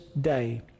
day